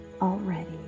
already